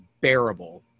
bearable